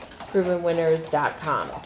provenwinners.com